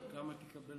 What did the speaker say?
לא.